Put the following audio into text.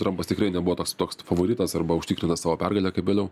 trampas tikrai nebuvo tas toks favoritas arba užtikrina savo pergalę kaip vėliau